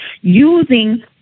using